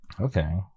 Okay